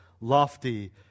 lofty